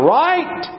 right